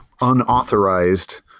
unauthorized